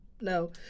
No